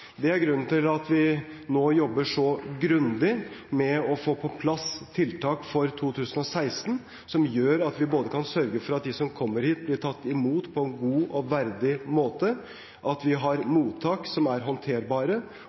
Det er grunnen til at vi nå jobber så grundig med å få på plass tiltak for 2016, som gjør at vi både kan sørge for at de som kommer hit, blir tatt imot på en god og verdig måte, at vi har mottak som er håndterbare,